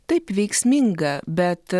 taip veiksminga bet